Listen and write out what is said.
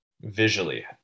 visually